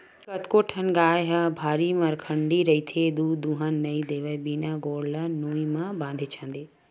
कतको ठन गाय ह भारी मरखंडी रहिथे दूद दूहन नइ देवय बिना गोड़ ल नोई म बांधे छांदे